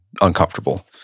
uncomfortable